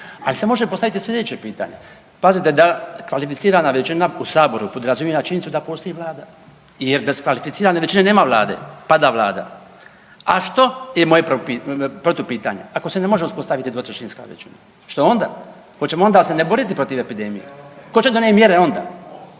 Ali se može postaviti sljedeće pitanje, pazite da kvalificirana većina u Saboru podrazumijeva činjenicu da postoji Vlada jer bez kvalificirane većine nema Vlade, pada Vlada. A što je moje protupitanje, ako se ne može uspostaviti dvotrećinska većina što onda? Hoćemo onda ne boriti protiv epidemije, tko će donijet mjere onda?